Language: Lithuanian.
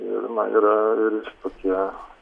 ir na yra ir tokie